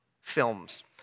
films